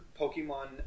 Pokemon